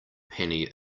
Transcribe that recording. penny